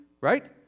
right